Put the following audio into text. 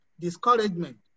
discouragement